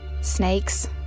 Snakes